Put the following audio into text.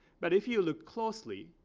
but if you look closely,